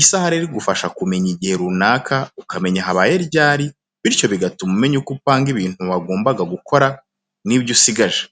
Isaha rero idufasha kumenya igihe runaka ukamenya habaye ryari bityo bigatuma umenya uko upanga ibintu wagombaga gukora n'ibyo usigaje.